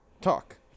Talk